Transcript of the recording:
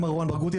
זה מרואן ברגותי,